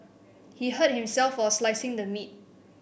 he hurt himself while slicing the meat